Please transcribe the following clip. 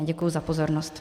Děkuji za pozornost.